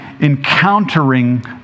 encountering